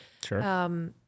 sure